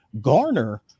garner